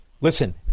Listen